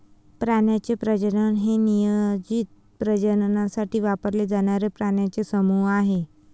प्राण्यांचे प्रजनन हे नियोजित प्रजननासाठी वापरले जाणारे प्राण्यांचे समूह आहे